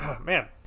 man